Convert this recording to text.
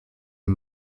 een